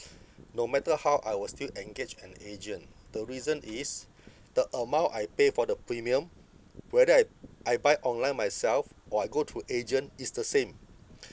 no matter how I will still engage an agent the reason is the amount I pay for the premium whether I I buy online myself or I go through agent is the same